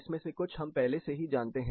इसमें से कुछ हम पहले से ही जानते हैं